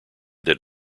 that